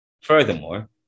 Furthermore